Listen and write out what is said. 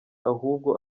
ahubwo